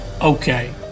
Okay